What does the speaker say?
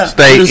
Stay